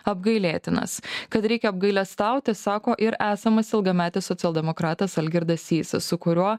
apgailėtinas kad reikia apgailestauti sako ir esamas ilgametis socialdemokratas algirdas sysas su kuriuo